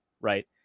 right